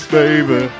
baby